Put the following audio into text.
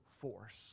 force